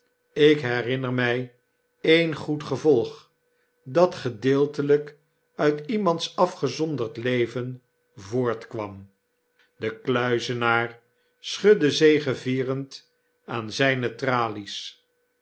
ik herinner my een goed gevolg dat gedeeltelyk uit iemands afgezonderd leven voortkwam de kluizenaar schudde zegevierend aanzyne tralies